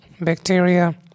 bacteria